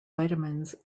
vitamins